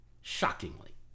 Shockingly